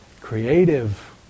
creative